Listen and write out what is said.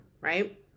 Right